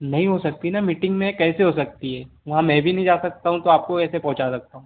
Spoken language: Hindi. नहीं हो सकती ना मीटिंग में हैं कैसे हो सकती है वहाँ मैं भी नहीं जा सकता हूँ तो आपको ऐसे पहुँचा सकता हूँ